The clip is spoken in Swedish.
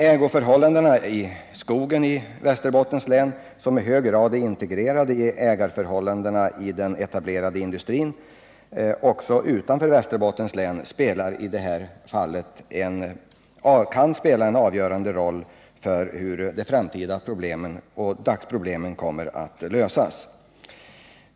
Ägarförhållandena i skogen i Västerbottens län, som i hög grad är integrerade i ägarförhållandena i den etablerade industrin också utanför Västerbottens län, kan i detta fall spela en avgörande roll för hur dagens problem och de framtida problemen kommer att lösas.